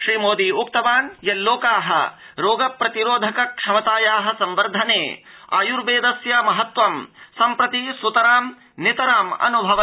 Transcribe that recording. श्रीमोदी उक्तवान् यल्लोकाः रोग प्रतिरोधक क्षमतायाः संवर्धने आयुर्वेदस्य महत्वं सम्प्रति सुतरां नितराम् अन्भवन्ति